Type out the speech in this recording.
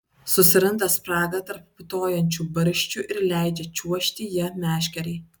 susiranda spragą tarp putojančių barščių ir leidžia čiuožti ja meškerei